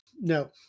No